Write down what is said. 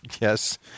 Yes